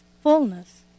fullness